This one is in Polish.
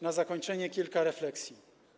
Na zakończenie kilka refleksji.